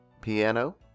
piano